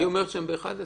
היא אומרת שהם ב-11.